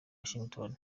washington